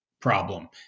problem